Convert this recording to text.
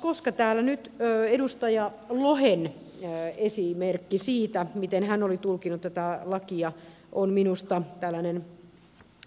koska täällä nyt edustaja lohen esimerkki siitä miten hän oli tulkinnut tätä lakia on minusta tällainen